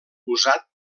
usat